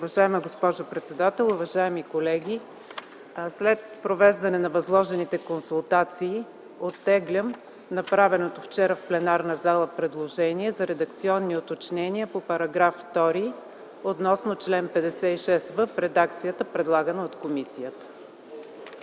Уважаема госпожо председател, уважаеми колеги! След провеждане на възложените консултации оттеглям направеното вчера в пленарната зала предложение за редакционни уточнения по § 2 относно чл. 56в в редакцията, предлагана от комисията.